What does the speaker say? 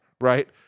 right